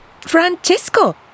Francesco